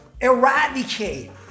eradicate